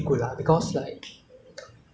so their their food got skills [one] ah